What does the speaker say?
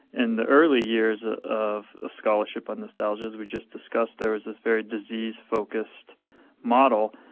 in the early years of of scholarship on nostalgia, as we just discussed, there was this very disease-focused model.